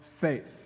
faith